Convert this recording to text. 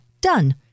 Done